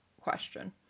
question